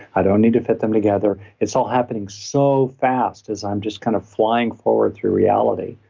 i don't need to fit them together. it's all happening so fast as i'm just kind of flying forward through reality,